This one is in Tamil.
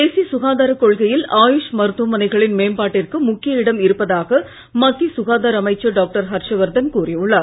தேசிய சுகாதாரக் கொள்கையில் ஆயுஷ் மருத்துவமனைகளின் மேம்பாட்டிற்கு முக்கிய இடம் இருப்பதாக மத்திய சுகாதார அமைச்சர் டாக்டர் ஹர்ஷ வர்தன் கூறி உள்ளார்